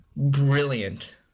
brilliant